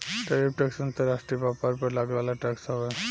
tariff tax अंतर्राष्ट्रीय व्यापार पर लागे वाला टैक्स हवे